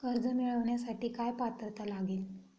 कर्ज मिळवण्यासाठी काय पात्रता लागेल?